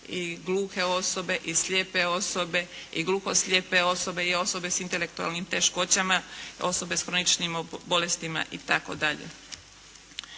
i gluhe osobe i slijepe osobe i gluho-slijepe osobe i osobe sa intelektualnim teškoćama, osobe sa kroničnim bolestima itd..